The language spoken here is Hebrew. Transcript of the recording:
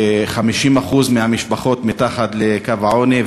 50% מהמשפחות מתחת לקו העוני,